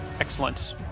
Excellent